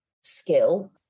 skill